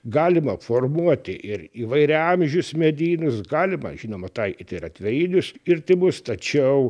galima formuoti ir įvairiaamžius medynus galima žinoma taikyt ir atvejinius kirtimus tačiau